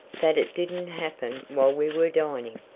that it didn't happen while we were dining,